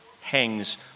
hangs